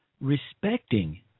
respecting